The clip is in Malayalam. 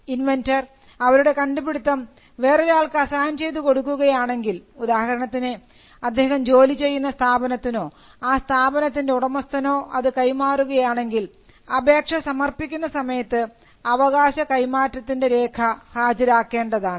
ഇൻവെൻന്റർ അവരുടെ കണ്ടുപിടിത്തം വേറൊരാൾക്ക് അസൈൻ ചെയ്തു കൊടുക്കുകയാണെങ്കിൽ ഉദാഹരണത്തിന് അദ്ദേഹം ജോലിചെയ്യുന്ന സ്ഥാപനത്തിനോ ആ സ്ഥാപനത്തിൻറെ ഉടമസ്ഥനോ അത് കൈ മാറുകയാണെങ്കിൽ അപേക്ഷ സമർപ്പിക്കുന്ന സമയത്ത് അവകാശ കൈമാറ്റത്തിൻറെ രേഖ ഹാജരാക്കേണ്ടതാണ്